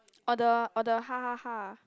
or the or the ha ha ha